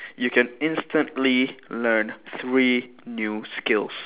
you can instantly learn three new skills